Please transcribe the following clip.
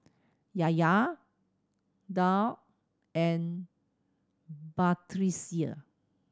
Yahya Daud and Batrisya